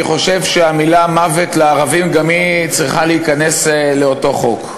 חושב שהקריאה "מוות לערבים" גם היא צריכה להיכנס לאותו חוק.